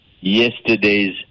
yesterday's